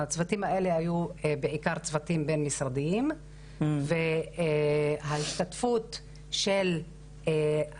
הצוותים האלה היו בעיקר צוותים בין משרדיים וההשתתפות של הנציגים